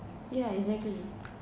yeah exactly